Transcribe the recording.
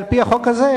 על-פי החוק הזה,